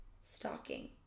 stalking